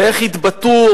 ואיך התבטאו